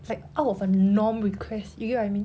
like out of a norm requests you get what I mean